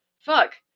fuck